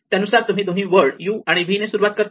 त्यानुसार तुम्ही दोन वर्ड u आणि v ने सुरुवात करता